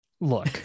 Look